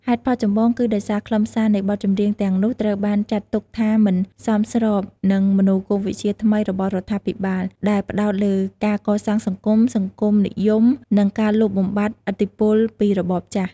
ហេតុផលចម្បងគឺដោយសារខ្លឹមសារនៃបទចម្រៀងទាំងនោះត្រូវបានចាត់ទុកថាមិនសមស្របនឹងមនោគមវិជ្ជាថ្មីរបស់រដ្ឋាភិបាល ដែលផ្តោតលើការកសាងសង្គម សង្គមនិយម និងការលុបបំបាត់ឥទ្ធិពលពីរបបចាស់។